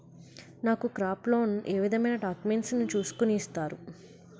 నాకు crop loan ఏ విధమైన డాక్యుమెంట్స్ ను చూస్కుని ఇస్తారు?